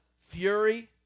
fury